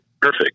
perfect